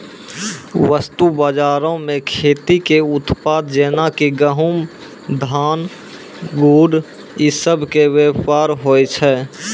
वस्तु बजारो मे खेती के उत्पाद जेना कि गहुँम, धान, गुड़ इ सभ के व्यापार होय छै